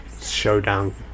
showdown